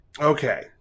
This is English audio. okay